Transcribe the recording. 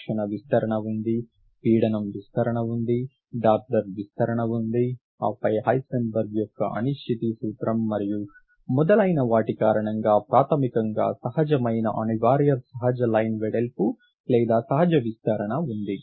ఘర్షణ విస్తరణ ఉంది పీడనం విస్తరణ ఉంది డాప్లర్ విస్తరణ ఉంది ఆపై హైసెన్బర్గ్ యొక్క అనిశ్చితి సూత్రం మరియు మొదలైన వాటి కారణంగా ప్రాథమికంగా సహజమైన అనివార్య సహజ లైన్ వెడల్పు లేదా సహజ విస్తరణ ఉంది